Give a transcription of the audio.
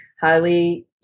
highly